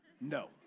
no